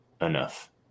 enough